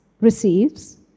receives